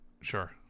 sure